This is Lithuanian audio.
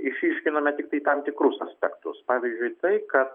išryškiname tiktai tam tikrus aspektus pavyzdžiui tai kad